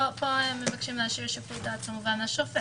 פה מבקשים להשאיר שיקול דעת לשופט.